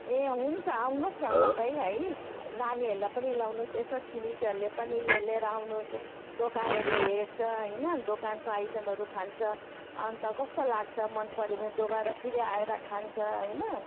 ए हुन्छ आउनुहोस् न तपाईँ है नानीहरूलाई पनि ल्याउनुहोस् यसो छिमेकीहरूले पनि लै लिएर आउनुहोस् दोकानहरू हेर्छ होइन दोकानको आइटमहरू खान्छ अनि त कस्तो लाग्छ मन पऱ्यो भने दोबारा फेरि आएर खान्छ होइन